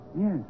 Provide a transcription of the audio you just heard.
Yes